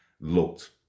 looked